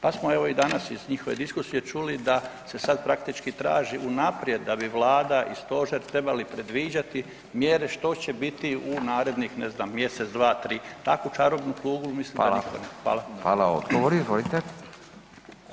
Pa smo evo i danas iz njihove diskusije čuli da se sad praktički traži unaprijed da bi vlada i stožer trebali predviđati mjere što će biti u narednih ne znam mjesec, dva, tri, takvu čarobnu kuglu mislim da … [[Govornik se ne razumije]] [[Upadica: Fala]] Hvala.